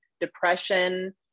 depression